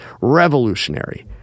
revolutionary